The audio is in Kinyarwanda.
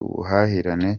ubuhahirane